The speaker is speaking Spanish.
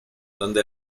donde